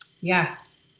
Yes